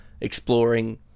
exploring